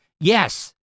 Yes